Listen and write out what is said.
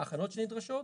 הכנות שנדרשות.